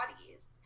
bodies